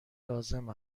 لازم